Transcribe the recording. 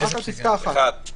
פסקה (1)